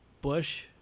Bush